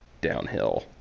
downhill